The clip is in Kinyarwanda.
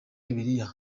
bibiriya